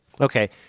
Okay